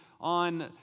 on